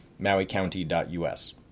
mauicounty.us